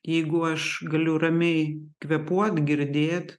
jeigu aš galiu ramiai kvėpuot girdėt